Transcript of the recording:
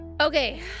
Okay